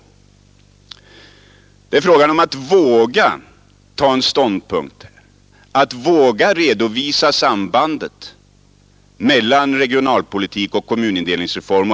Det är fråga om att våga inta en ståndpunkt, att våga redovisa sambandet mellan regionalpolitik och kommunindelningsreform.